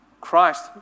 Christ